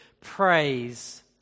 Praise